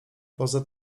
poza